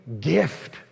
gift